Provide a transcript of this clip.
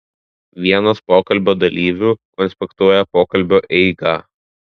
vienas pokalbio dalyvių konspektuoja pokalbio eigą